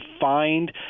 find